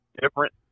different